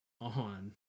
on